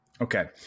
Okay